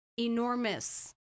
enormous